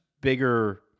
bigger